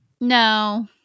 No